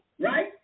Right